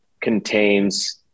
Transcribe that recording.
contains